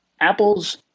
Apple's